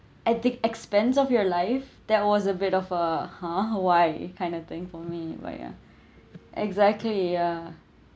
at the expense of your life that was a bit of uh !huh! why kind of thing for me why ah exactly yeah